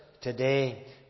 today